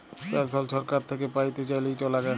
পেলসল ছরকার থ্যাইকে প্যাইতে চাইলে, ইট ল্যাগে